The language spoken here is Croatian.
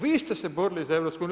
Vi ste se borili za EU.